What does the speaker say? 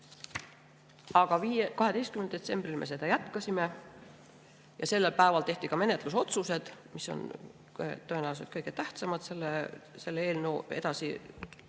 Aga 12. detsembril me seda jätkasime. Sellel päeval tehti ka menetlusotsused, mis on tõenäoliselt kõige tähtsamad selle eelnõu